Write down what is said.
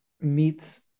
meets